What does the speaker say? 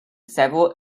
several